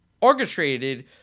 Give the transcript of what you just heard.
orchestrated